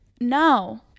No